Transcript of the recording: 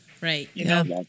Right